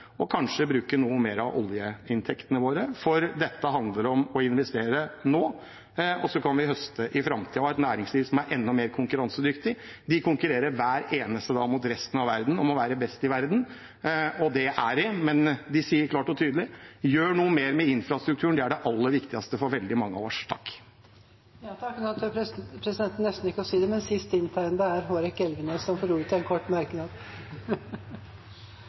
og kanskje bruke noe mer av oljeinntektene våre. For dette handler om å investere nå, og så kan vi høste i framtiden og ha et næringsliv som er enda mer konkurransedyktig. De konkurrerer hver eneste dag mot resten av verden om å være best i verden, og det er de, men de sier klart og tydelig: Gjør noe mer med infrastrukturen. Det er det aller viktigste for veldig mange av oss. Presidenten tør nesten ikke si det, men den sist inntegnede er representanten Hårek Elvenes, som har hatt ordet to ganger tidligere og får ordet til en kort merknad,